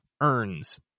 earns